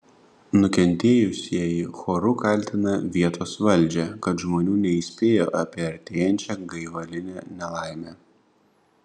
nukentėjusieji choru kaltina vietos valdžią kad žmonių neįspėjo apie artėjančią gaivalinę nelaimę